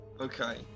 Okay